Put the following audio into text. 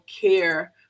care